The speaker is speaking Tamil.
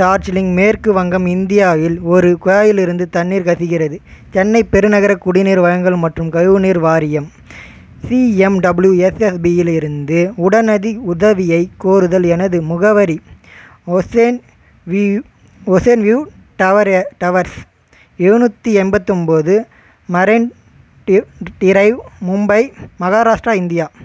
டார்ஜிலிங் மேற்கு வங்கம் இந்தியாவில் ஒரு குழாயிலிருந்து தண்ணீர் கசிகிறது சென்னை பெருநகர குடிநீர் வழங்கல் மற்றும் கழிவு நீர் வாரியம் சிஎம்டபிள்யூ எஸ்எஸ்பியிலிருந்து உடனடி உதவியை கூறுதல் எனது முகவரி ஒசேன் வி ஒசேன் வியூ டவரே டவர்ஸ் எழுநூற்றி எண்பத்தொன்போது marine d drive Mumbai Maharashtra India